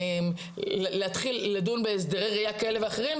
ובאמת להתחיל לדון בהסדרי ראייה כאלה ואחרים.